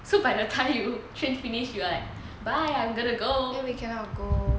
so by the time you train finished you like bye I am going to go